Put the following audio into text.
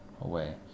away